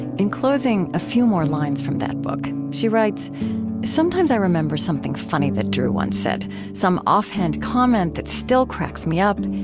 in closing, a few more lines from that book. she writes sometimes i remember something funny that drew once said, some offhand comment that still cracks me up,